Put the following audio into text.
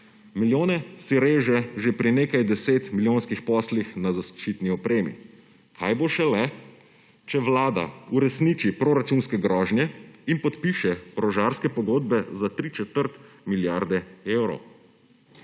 Milijone si reže že pri nekaj desetmilijonskih poslih na zaščitni opremi. Kaj bo šele, če vlada uresniči proračunske grožnje in podpiše orožarske pogodbe za tri četrt milijarde evrov.